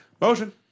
motion